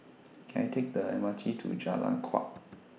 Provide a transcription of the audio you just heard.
Can I Take The M R T to Jalan Kuak